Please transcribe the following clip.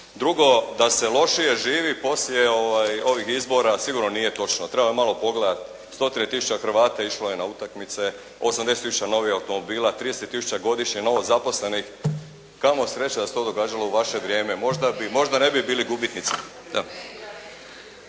Drugo, da se lošije živi poslije ovih izbora sigurno nije točno. Treba malo pogledati. Stotine tisuća Hrvata išlo je na utakmice. 80 tisuća novih automobila. 30 tisuća godišnje novozaposlenih. Kamo sreće da se to događalo u vaše vrijeme. Možda bi, možda ne bi bili gubitnici.